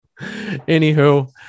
Anywho